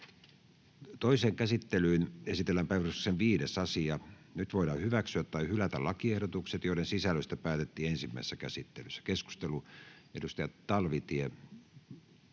Toiseen käsittelyyn esitellään päiväjärjestyksen 8. asia. Nyt voidaan hyväksyä tai hylätä lakiehdotus, jonka sisällöstä päätettiin ensimmäisessä käsittelyssä. — Keskusteluun, edustaja Asell.